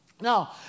Now